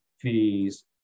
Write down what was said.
fees